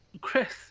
Chris